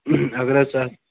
اَگر ژٕ حظ اَتھ